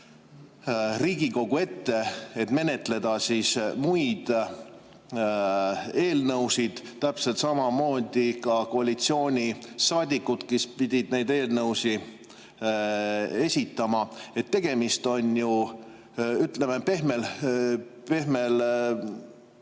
Riigikogu ette, et menetleda muid eelnõusid, täpselt samamoodi ka koalitsioonisaadikud, kes pidid neid eelnõusid esitama. Tegemist on ju, ütleme pehme